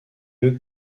lieu